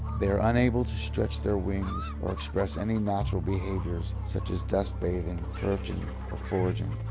they are unable to stretch their wings or express any natural behaviours such as dust bathing, perching or foraging.